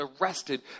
arrested